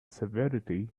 severity